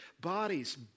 bodies